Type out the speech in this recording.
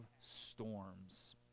storms